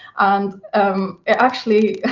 and it actually,